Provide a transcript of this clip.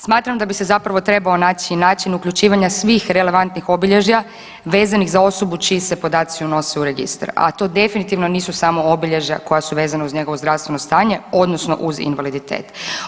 Smatram da bi se trebao naći način uključivanja svih relevantnih obilježja vezanih za osobu čiji se podaci unose u registar, a to definitivno nisu samo obilježja koja su vezana uz njegovo zdravstveno stanje odnosno uz invaliditet.